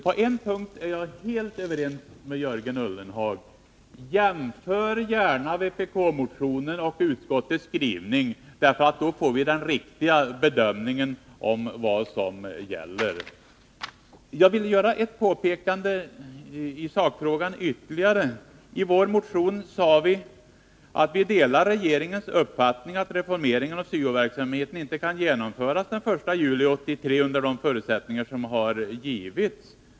På en punkt är jag helt överens med Jörgen Ullenhag: jämför gärna vpk-motionen och utskottets skrivning — då får vi den riktiga bedömningen av vad som gäller. Jag vill göra ytterligare ett påpekande i sakfrågan. I vår motion sade vi att vi delar regeringens uppfattning att reformeringen av syo-verksamheten inte kan genomföras den 1 juli 1983 under de förutsättningar som har givits.